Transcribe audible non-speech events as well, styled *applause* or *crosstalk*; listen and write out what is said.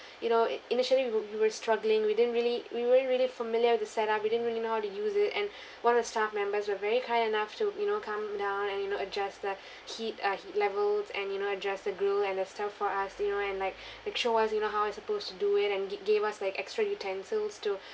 you know i~ initially you you were struggling we didn't really we weren't really familiar with the set up we didn't really know how to use it and *breath* one of staff members were very kind enough to you know come down and you know adjust the heat uh he~ levels and you know adjust the grill and the stuff for us you know and like *breath* like show us you know how I supposed to do it and ga~ gave us like extra utensils to